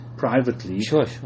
Privately